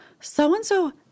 so-and-so –